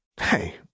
Hey